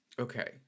Okay